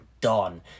done